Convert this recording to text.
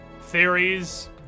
Theories